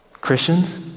Christians